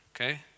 Okay